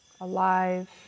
alive